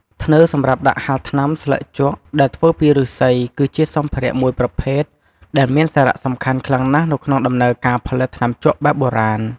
ធ្នើរសម្រាប់ដាក់ហាលថ្នាំស្លឹកជក់ដែលធ្វើពីឬស្សី គឺជាសម្ភារៈមួយប្រភេទដែលមានសារៈសំខាន់ខ្លាំងណាស់នៅក្នុងដំណើរការផលិតថ្នាំជក់បែបបុរាណ។